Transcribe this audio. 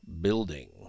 building